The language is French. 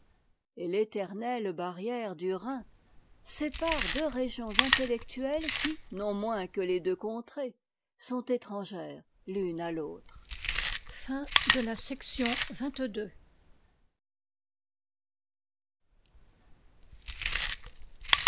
et l'éternelle barrière du rhin sépare deux régions intellectuelles qui non moins que les deux contrées sont étrangères l'une à l'autre chapitre